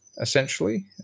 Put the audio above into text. essentially